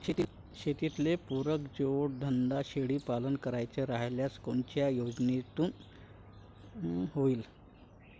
शेतीले पुरक जोडधंदा शेळीपालन करायचा राह्यल्यास कोनच्या योजनेतून होईन?